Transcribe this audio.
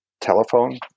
telephone